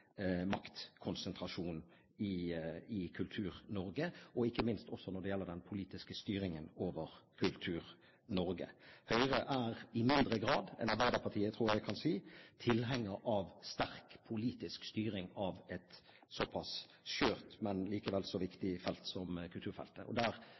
maktkonsentrasjon i Kultur-Norge, og ikke minst også når det gjelder den politiske styringen over Kultur-Norge. Høyre er i mindre grad enn Arbeiderpartiet, tror jeg jeg kan si, tilhenger av sterk politisk styring av et så pass skjørt, men likevel så viktig felt som kulturfeltet. Der